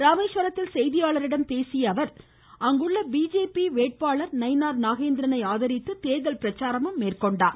ராமேஸ்வரத்தில் செய்தியாளர்களிடம் இதை தெரிவித்த அவர் அங்குள்ள பிஜேபி வேட்பாளர் நைனார் நாகேந்திரனை ஆதரித்து தேர்தல் பிரச்சாரம் மேற்கொண்டார்